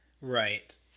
Right